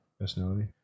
personality